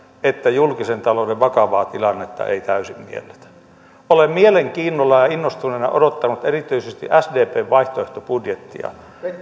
että julkisen talouden vakavaa tilannetta ei täysin mielletä olen mielenkiinnolla ja innostuneena odottanut erityisesti sdpn vaihtoehtobudjettia